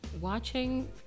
Watching